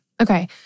Okay